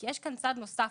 כי יש כאן צד נוסף,